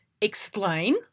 explain